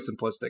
simplistic